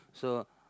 so